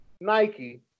Nike